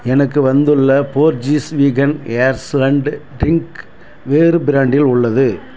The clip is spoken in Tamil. எனக்கு வந்துள்ள போர்ஜீஸ் வீகன் ஹேஸல்னட் ட்ரிங்க் வேறு ப்ராண்டில் உள்ளது